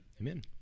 Amen